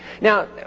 Now